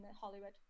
Hollywood